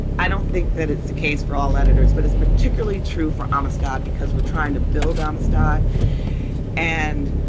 i don't think that it's the case for all editors, but it's particularly true for amistad because we're trying to build on a stock and